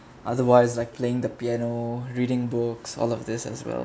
otherwise like playing the piano reading books all of this as well